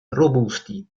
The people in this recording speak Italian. robusti